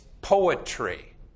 poetry